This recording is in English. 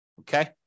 Okay